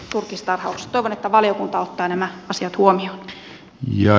toivon että valiokunta ottaa nämä asiat huomioon